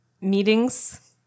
meetings